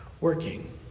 working